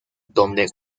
donde